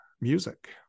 music